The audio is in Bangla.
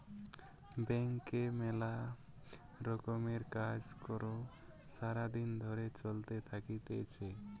ব্যাংকে মেলা রকমের কাজ কর্ সারা দিন ধরে চলতে থাকতিছে